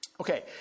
Okay